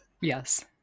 Yes